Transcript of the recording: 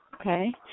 Okay